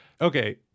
okay